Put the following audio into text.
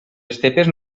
estepes